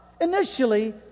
Initially